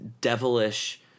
devilish